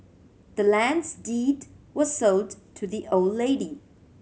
the land's deed was sold to the old lady